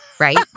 Right